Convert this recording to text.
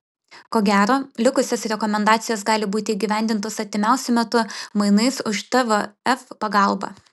ko gero likusios rekomendacijos gali būti įgyvendintos artimiausiu metu mainais už tvf pagalbą